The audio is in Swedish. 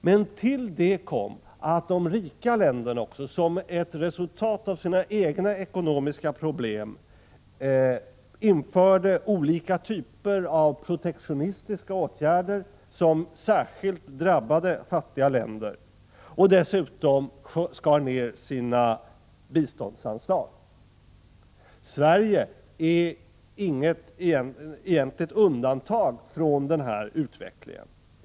Men till detta kom att de rika länderna som ett resultat av sina egna ekonomiska problem införde olika typer av protektionistiska åtgärder, som särskilt drabbade fattiga länder, och dessutom skar ned sina biståndsanslag. Sverige utgör inget undantag i fråga om den här utvecklingen.